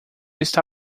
está